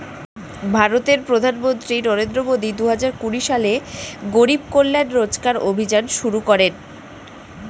ভারতের প্রধানমন্ত্রী নরেন্দ্র মোদি দুহাজার কুড়ি সালে গরিব কল্যাণ রোজগার অভিযান শুরু করেন